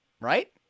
Right